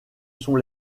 sont